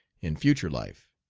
in future life.